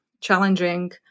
challenging